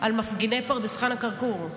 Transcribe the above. על מפגיני פרדס חנה, כרכור,